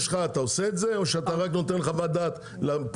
אתה עושה את זה או שאתה רק נותן חוות דעת לפרויקטים